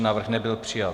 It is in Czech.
Návrh nebyl přijat.